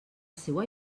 seua